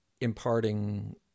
imparting